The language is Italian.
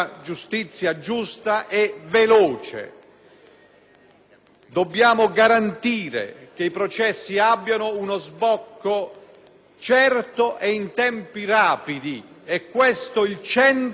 dobbiamo garantire che i processi abbiano uno sbocco certo e in tempi rapidi. Questo è il centro del problema: troppo lunghi i processi.